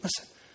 Listen